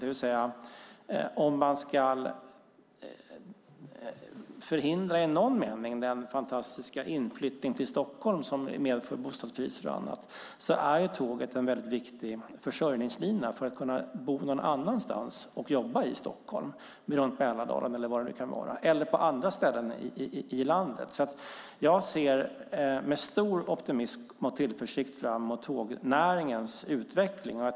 Om vi i någon mening ska förhindra den fantastiska inflyttningen till Stockholm som påverkar bostadspriser och så vidare är tåget en viktig försörjningslina för att bo någon annanstans och arbeta i Stockholm, runt Mälardalen eller på andra ställen i landet. Jag ser med stor optimism och tillförsikt fram mot tågnäringens utveckling.